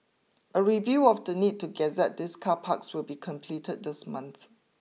a review of the need to gazette these car parks will be completed this month